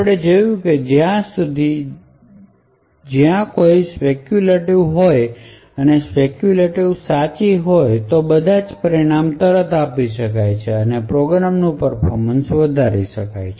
આપણે જોયું છે કે જો ત્યાં કોઈ સ્પેક્યૂલેટિવ હોય અને સ્પેક્યૂલેટિવ સાચી હોય તો આ બધાં પરિણામો તરત જ આપી શકાય છે અને પ્રોગ્રામનુ પર્ફોમન્સ વધારી શકાય છે